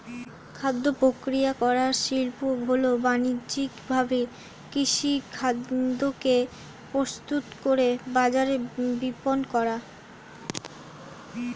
খাদ্যপ্রক্রিয়াকরণ শিল্প হল বানিজ্যিকভাবে কৃষিখাদ্যকে প্রস্তুত করে বাজারে বিপণন করা